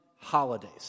holidays